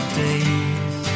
days